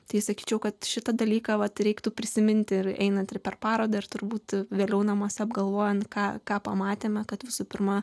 tai sakyčiau kad šitą dalyką vat reiktų prisiminti ir einantį per parodą ir turbūt vėliau namuose apgalvojant ką ką pamatėme kad visų pirma